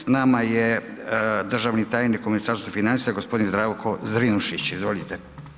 S nama je državni tajnik u Ministarstvu financija, gospodin Zdravko Zrinušić, izvolite.